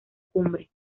cumbre